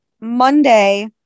Monday